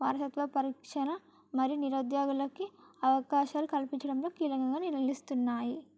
వారసత్వ పరీక్షణ మరియు నిరుద్యోగులకి అవకాశాలు కల్పించడంలో కీలకంగా నిలుస్తున్నాయి